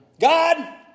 God